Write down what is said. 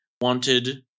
wanted